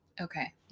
okay